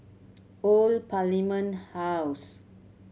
Old Parliament House